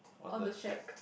on the shack